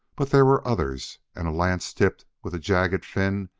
but there were others and a lance tipped with the jagged fin,